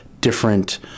different